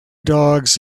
dogs